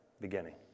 beginning